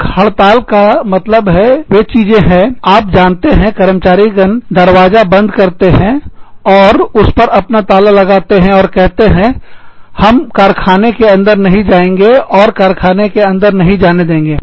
एक हड़ताल का मतलब वे चीजें हैं आप जानते हैं कर्मचारीगण दरवाजे को बंद करते हैं और उस पर अपना ताला लगा देते हैं और कहते हैं हम और कारखाने के अंदर नहीं जाएंगे कारखाने अंदर नहीं जाने देंगे